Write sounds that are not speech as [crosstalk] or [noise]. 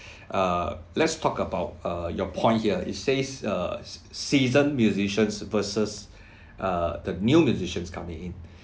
[breath] err let's talk about err your point here it says err seasoned musicians versus(err) the new musicians coming in